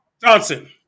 Johnson